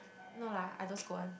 no lah I don't scold one